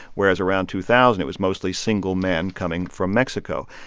whereas around two thousand, it was mostly single men coming from mexico.